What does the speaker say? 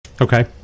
okay